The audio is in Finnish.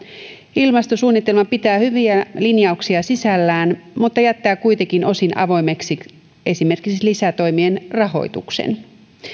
ilmastosuunnitelma pitää hyviä linjauksia sisällään mutta jättää kuitenkin osin avoimeksi esimerkiksi lisätoimien rahoituksen